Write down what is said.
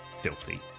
filthy